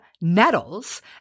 Nettles